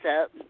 up